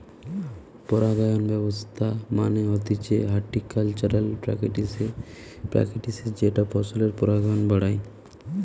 পরাগায়ন ব্যবস্থা মানে হতিছে হর্টিকালচারাল প্র্যাকটিসের যেটা ফসলের পরাগায়ন বাড়ায়